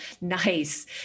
nice